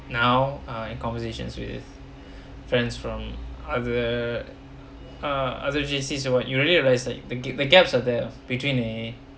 now uh in conversations with friends from other uh other J_C or what you really realize that the gap the gaps are there between eh